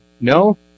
no